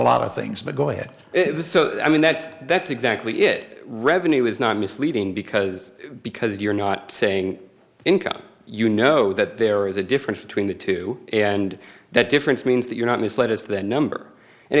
lot of things but go ahead it was so i mean that's that's exactly it revenue is not misleading because because you're not saying income you know that there is a difference between the two and that difference means that you're not misled as the number and